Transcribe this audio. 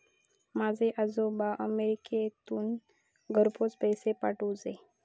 माझे आजोबा अमेरिकेतसून घरपोच पैसे पाठवूचे